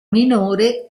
minore